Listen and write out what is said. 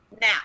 Now